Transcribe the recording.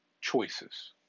choices